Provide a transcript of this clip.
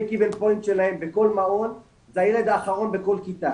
שה־Break even point שלהם בכל מעון זה הילד האחרון בכל כיתה,